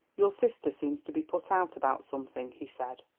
your sister seems to be put out about something, he said.